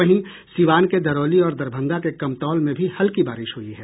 वहीं सीवान के दरौली और दरभंगा के कमतौल में भी हल्की बारिश हुई है